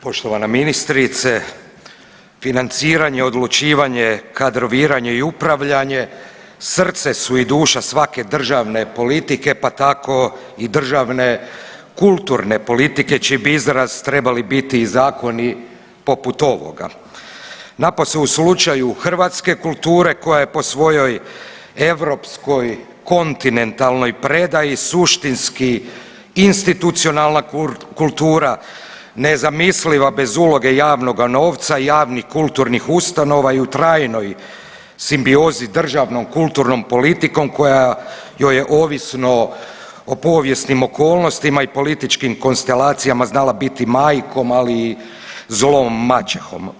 Poštovana ministrice financiranje, odlučivanje, kadroviranje i upravljanje srce su i duša svake državne politike pa tako i državne kulturne politike koji bi izraz trebali biti i zakoni poput ovoga napose u slučaju hrvatske kulture koja je po svojoj europskoj kontinentalnoj predaji suštinski institucionalna kultura nezamisliva bez uloge javnoga novca i javnih kulturnih ustanova i trajnoj simbiozi državnom kulturnom politikom koja joj je ovisno o povijesnim okolnostima i političkim konstelacijama znala biti majkom ali i zlom maćehom.